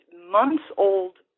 months-old